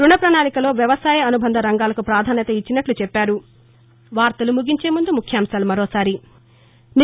రుణ ప్రణాళికలో వ్వవసాయ అనుబంధ రంగాలకు పాధాన్యత ఇచ్చినట్ల చెప్పారు